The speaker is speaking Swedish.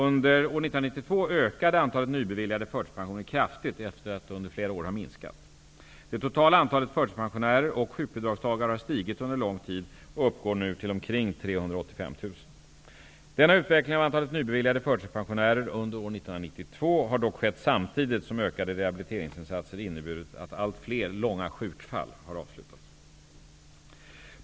Under år 1992 ökade antalet nybeviljade förtidspensioner kraftigt efter att under flera år ha minskat. Det totala antalet förtidspensionärer och sjukbidragstagare har stigit under lång tid och uppgår nu till omkring 385 000. Denna utveckling av antalet nybeviljade förtidspensionärer under år 1992 har dock skett samtidigt som ökade rehabiliteringsinsatser inneburit att allt fler långa sjukfall har avslutas.